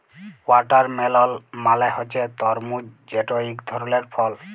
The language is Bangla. ওয়াটারমেলল মালে হছে তরমুজ যেট ইক ধরলের ফল